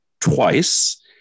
twice